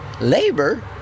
labor